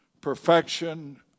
perfection